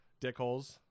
dickholes